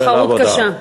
תחרות קשה.